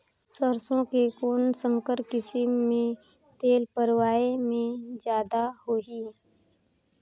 सरसो के कौन संकर किसम मे तेल पेरावाय म जादा होही?